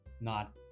not-